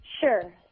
Sure